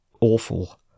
awful